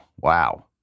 Wow